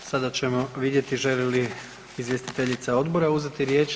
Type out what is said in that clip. Sada ćemo vidjeti želi li izvjestiteljica Odbora uzeti riječ?